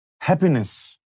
happiness